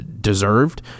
deserved